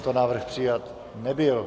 Tento návrh přijat nebyl.